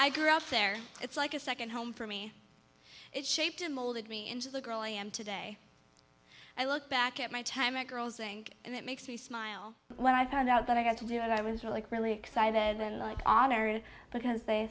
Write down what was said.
i grew up there it's like a second home for me it shaped and molded me into the girl i am today i look back at my time at girls inc and it makes me smile when i found out that i got to do what i was really really excited then on erin because they